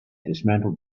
dismantled